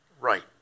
right